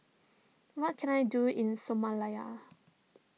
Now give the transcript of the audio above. what can I do in Somalia